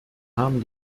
haben